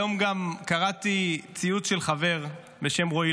היום גם קראתי ציוץ של חבר בשם רועי,